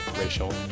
racial